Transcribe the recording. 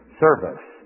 service